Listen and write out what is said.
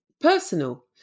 personal